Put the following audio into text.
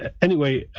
anyway